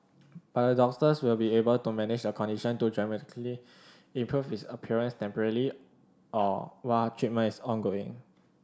but the doctors will be able to manage the condition to dramatically improve its appearance temporarily or while treatment is ongoing